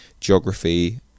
geography